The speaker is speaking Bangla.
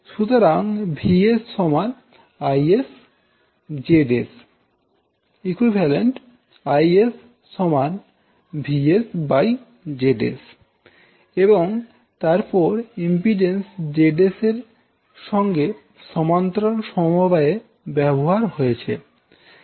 সুতরাং Vs IsZs ⇔ Is VsZsএবং তারপর ইম্পিড্যান্স Zs এর সঙ্গে সমান্তরাল সমবায়ে রয়েছে